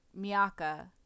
Miyaka